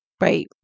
Right